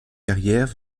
carrière